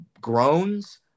groans